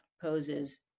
poses